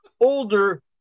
older